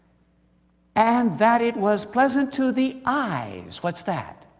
and that it was pleasant to the eyes. what's that?